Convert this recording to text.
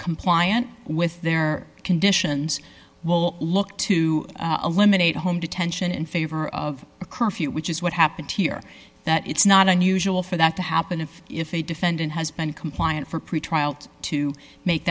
compliant with their conditions will look to eliminate home detention in favor of a curfew which is what happened here that it's not unusual for that to happen and if a defendant has been compliant for pretrial to to make